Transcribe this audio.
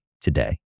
today